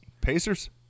Pacers